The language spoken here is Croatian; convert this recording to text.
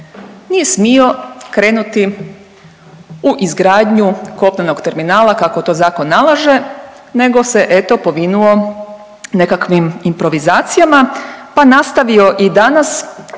nije smio krenuti u izgradnju kopnenog terminala kako to zakon nalaže nego se eto povinuo nekakvim improvizacijama pa nastavio i danas